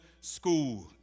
school